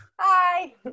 Hi